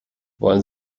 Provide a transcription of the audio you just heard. wollen